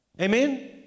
Amen